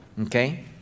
Okay